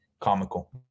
comical